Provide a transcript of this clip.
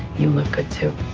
you look good, too.